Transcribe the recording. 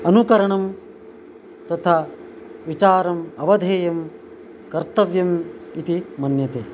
अनुकरणं तथा विचारम् अवधेयं कर्तव्यम् इति मन्यते